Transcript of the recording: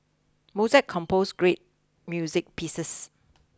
Mozart compose great music pieces